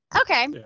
Okay